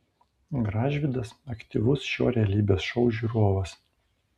gražvydas aktyvus šio realybės šou žiūrovas